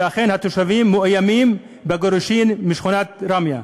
שאכן התושבים מאוימים בגירושים משכונת ראמיה.